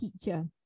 teacher